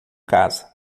casa